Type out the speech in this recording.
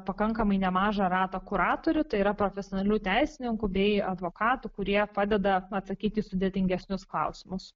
pakankamai nemažą ratą kuratorių tai yra profesionalių teisininkų bei advokatų kurie padeda atsakyti į sudėtingesnius klausimus